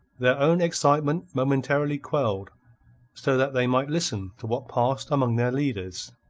their own excitement momentarily quelled so that they might listen to what passed among their leaders.